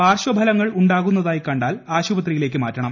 പാർശ്വഫലങ്ങൾ ഉണ്ടാകുന്നതായി കണ്ടാൽ ആശുപത്രിയിലേക്ക് മാറ്റണം